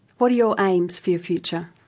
what are your aims for your future?